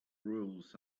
rules